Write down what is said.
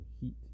heat